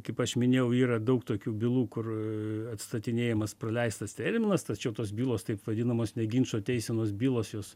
kaip aš minėjau yra daug tokių bylų kur atstatinėjamas praleistas terminas tačiau tos bylos taip vadinamos ne ginčo teisenos bylos jos